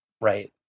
right